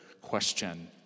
question